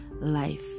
life